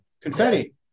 confetti